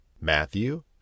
Matthew